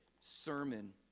sermon